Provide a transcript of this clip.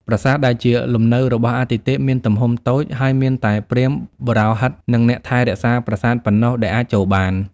ប្រាង្គដែលជាលំនៅរបស់អាទិទេពមានទំហំតូច ហើយមានតែព្រាហ្មណ៍បុរោហិត និងអ្នកថែរក្សាប្រាសាទប៉ុណ្ណោះដែលអាចចូលបាន។